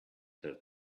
have